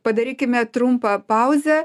padarykime trumpą pauzę